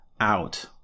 out